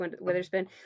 Witherspoon